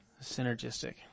Synergistic